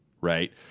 right